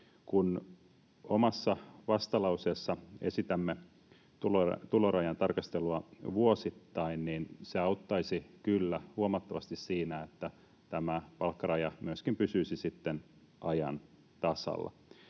Kun omassa vastalauseessa esitämme tulorajan tarkastelua vuosittain, niin se auttaisi kyllä huomattavasti siinä, että tämä palkkaraja myöskin pysyisi sitten ajan tasalla,